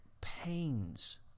pains